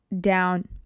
down